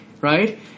right